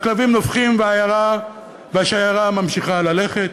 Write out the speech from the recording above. והכלבים נובחים והשיירה ממשיכה ללכת.